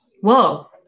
Whoa